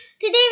Today